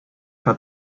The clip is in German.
hat